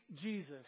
Jesus